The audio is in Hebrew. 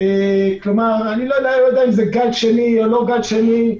בגל שני או לא בגל שני,